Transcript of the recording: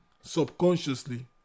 subconsciously